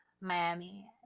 Miami